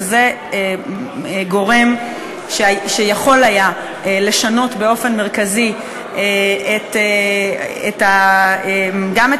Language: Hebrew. וזה גורם שיכול היה לשנות באופן מרכזי גם את